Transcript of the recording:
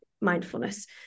mindfulness